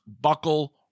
Buckle